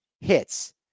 Hits